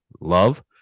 love